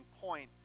point